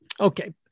Okay